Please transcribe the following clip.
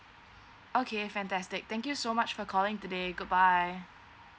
okay fantastic thank you so much for calling today goodbye